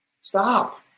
Stop